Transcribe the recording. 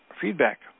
feedback